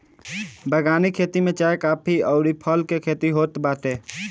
बगानी खेती में चाय, काफी अउरी फल के खेती होत बाटे